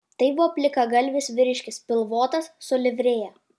tai buvo plikagalvis vyriškis pilvotas su livrėja